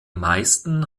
meisten